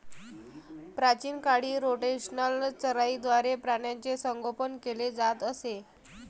प्राचीन काळी रोटेशनल चराईद्वारे प्राण्यांचे संगोपन केले जात असे